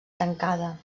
tancada